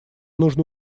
нужно